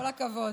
כל הכבוד.